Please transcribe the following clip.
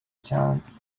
chance